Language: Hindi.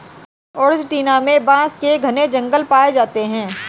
अर्जेंटीना में बांस के घने जंगल पाए जाते हैं